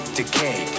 decay